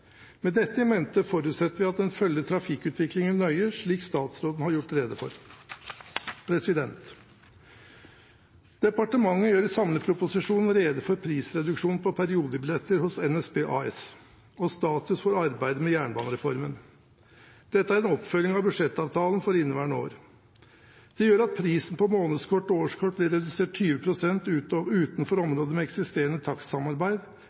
Med dette i mente forutsetter vi at en følger trafikkutviklingen nøye, slik statsråden har gjort rede for. Departementet gjør i samleproposisjonen rede for prisreduksjon på periodebilletter hos NSB AS og status for arbeidet med jernbanereformen. Dette er en oppfølging av budsjettavtalen for inneværende år. Det gjør at prisen på månedskort og årskort blir redusert med 20 pst. utenfor områder med eksisterende takstsamarbeid